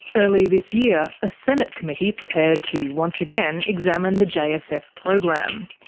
early this year, a senate committee prepared to once again examine the jsf program.